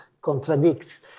contradicts